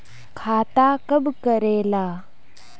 खाता कब करेला?